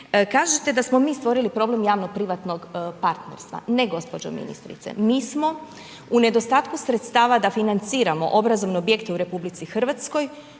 kažete da smo mi stvorili problem javno privatnog partnerstva. Ne gospođo ministrice. Mi smo, u nedostatku sredstava da financiramo obrazovne objekte u RH kao